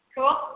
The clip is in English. Cool